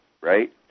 right